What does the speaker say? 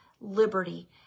liberty